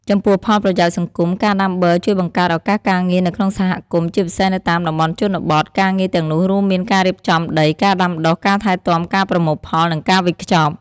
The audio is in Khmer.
ចំពោះផលប្រយោជន៍សង្គម ការដាំបឺរជួយបង្កើតឱកាសការងារនៅក្នុងសហគមន៍ ជាពិសេសនៅតាមតំបន់ជនបទ ការងារទាំងនោះរួមមានការរៀបចំដី ការដាំដុះ ការថែទាំ ការប្រមូលផល និងការវេចខ្ចប់។